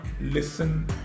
listen